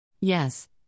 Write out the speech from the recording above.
Yes